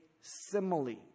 simile